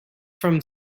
from